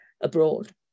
abroad